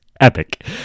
epic